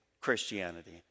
Christianity